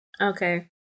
Okay